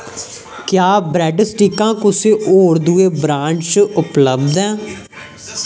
क्या ब्रैड्ड स्टिकां कुसै होर दुए ब्रांड च उपलब्ध ऐं